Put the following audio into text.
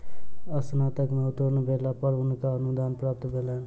स्नातक में उत्तीर्ण भेला पर हुनका अनुदान प्राप्त भेलैन